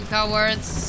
cowards